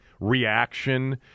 reaction